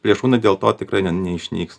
plėšrūnai dėl to tikrai ne neišnyks